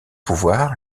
pouvoir